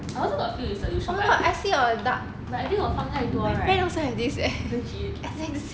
I also got fill with solution but I think 我放太多 right legit